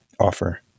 offer